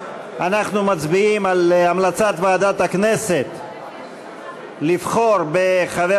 אנחנו מצביעים על המלצת ועדת הכנסת לבחור בחבר